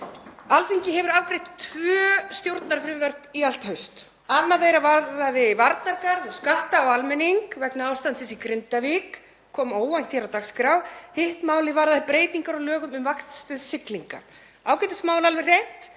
Alþingi hefur afgreitt tvö stjórnarfrumvörp í allt haust, annað þeirra varðaði varnargarð og skatta á almenning vegna ástandsins í Grindavík og kom óvænt hér á dagskrá, hitt málið varðaði breytingar á lögum um vaktstöð siglinga. Ágætismál alveg hreint,